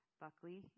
Buckley